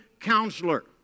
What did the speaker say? counselor